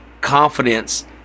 confidence